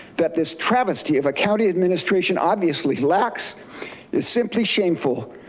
that this travesty of a county administration, obviously lacks is simply shameful.